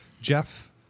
Jeff